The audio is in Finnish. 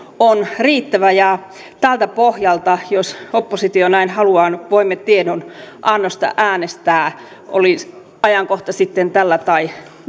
on riittävä ja tältä pohjalta jos oppositio näin haluaa voimme tiedonannosta äänestää oli ajankohta sitten tällä tai